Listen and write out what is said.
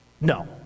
No